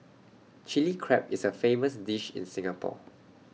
Chilli Crab is A famous dish in Singapore